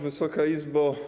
Wysoka Izbo!